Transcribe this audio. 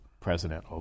President